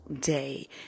day